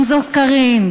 אם זאת קארין,